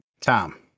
Tom